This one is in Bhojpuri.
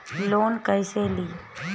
लोन कईसे ली?